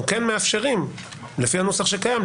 אנחנו כן מאפשרים לפי הנוסח שקיים,